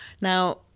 Now